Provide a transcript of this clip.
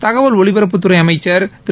தகவல் ஒலிபரப்புத்துறை அளமச்சர் திரு